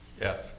Yes